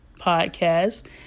podcast